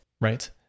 Right